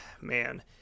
man